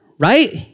Right